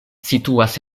situas